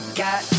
got